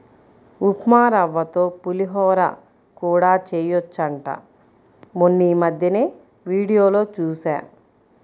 ఉప్మారవ్వతో పులిహోర కూడా చెయ్యొచ్చంట మొన్నీమద్దెనే వీడియోలో జూశా